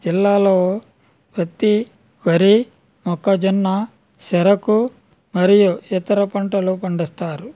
జిల్లాలో పత్తి వరి మొక్కజొన్న చెరకు మరియు ఇతర పంటలు పండిస్తారు